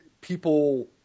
people